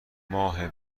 ماه